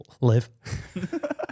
Live